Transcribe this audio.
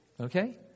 Okay